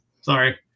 Sorry